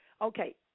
Okay